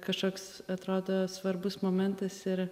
kažkoks atrodo svarbus momentas ir